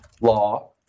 Law